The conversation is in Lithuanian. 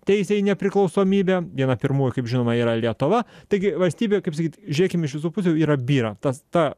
teisę į nepriklausomybę viena pirmųjų kaip žinome yra lietuva taigi valstybė kaip sakyt žėkim iš visų pusių yra byra tas ta